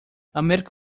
américa